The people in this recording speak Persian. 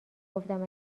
گفتم